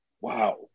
wow